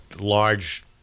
large